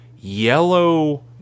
yellow